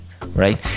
right